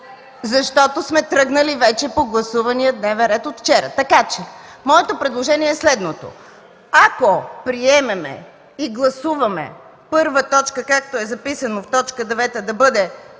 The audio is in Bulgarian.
Защото сме тръгнали вече по гласувания дневен ред от вчера. Моето предложение е следното. Ако приемем и гласуваме първа точка, както е записано в точка девета, да бъде